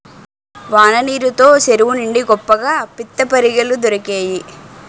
వాన నీరు తో సెరువు నిండి గొప్పగా పిత్తపరిగెలు దొరికేయి